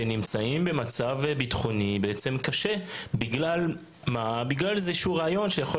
שנמצאים במצב ביטחוני קשה בגלל איזשהו רעיון שיכול